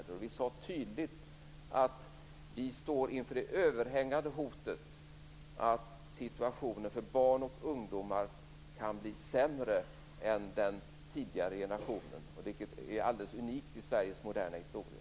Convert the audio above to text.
Vi sade också tydligt att vi stod inför det överhängande hotet att situationen för barn och ungdomar kunde bli sämre än för den tidigare generationen, vilket skulle vara alldeles unikt i Sveriges moderna historia.